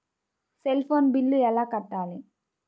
Cell phone bill ఎలా కట్టారు?